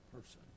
person